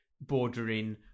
bordering